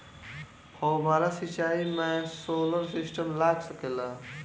फौबारा सिचाई मै सोलर सिस्टम लाग सकेला?